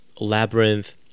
Labyrinth